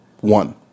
One